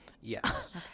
Yes